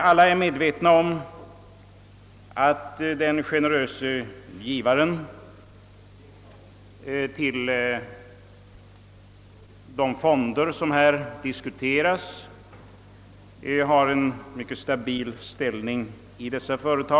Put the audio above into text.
Alla är medvetna om att den generöse givaren till de fonder som här diskuteras har en mycket stabil ställning i dessa företag.